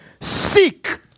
Seek